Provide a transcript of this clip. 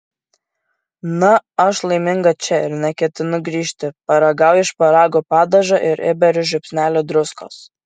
na aš laiminga čia ir neketinu grįžti paragauju šparagų padažo ir įberiu žiupsnelį druskos